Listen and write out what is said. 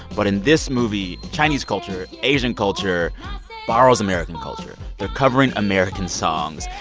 but in this movie, chinese culture, asian culture borrows american culture. they're covering american songs.